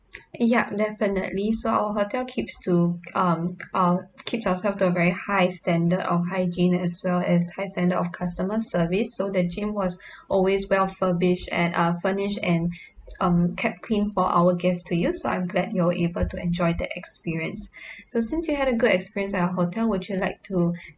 yup definitely so our hotel keeps to um uh keeps ourself to a very high standard of hygiene as well as high standard of customer service so the gym was always well furbished and uh furnished and um kept clean for our guests to use so I'm glad you're able to enjoy that experience so since you had a good experience at our hotel would you like to